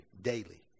Daily